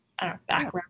background